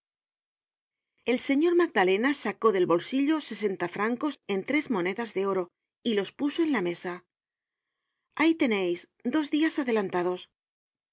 el señor magdalena sacó del bolsillo sesenta francos en tres monedas de oro y los puso én la mesa ahí teneis dos dias adelantados